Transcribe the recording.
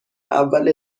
اول